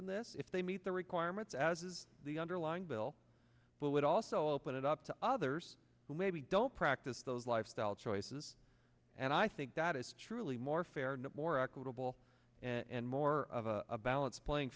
in this if they meet the requirements as is the underlying bill but would also open it up to others who may be dull practice those lifestyle choices and i think that is truly more fair and more equitable and more of a balance playing